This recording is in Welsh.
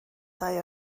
ddau